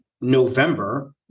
November